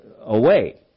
away